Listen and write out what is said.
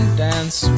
dance